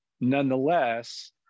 nonetheless